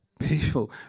People